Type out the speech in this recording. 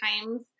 times